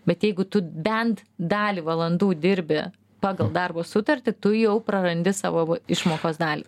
bet jeigu tu bent dalį valandų dirbi pagal darbo sutartį tu jau prarandi savo išmokos dalį